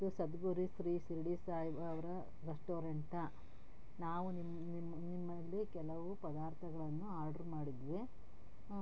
ಇದು ಸದ್ಗುರು ಶ್ರಿ ಶಿರ್ಡಿ ಸಾಯಿಬ ಅವರ ರೆಸ್ಟೋರೆಂಟಾ ನಾವು ನಿಮ್ಮಲ್ಲಿ ಕೆಲವು ಪದಾರ್ಥಗಳನ್ನು ಆರ್ಡ್ರು ಮಾಡಿದ್ವಿ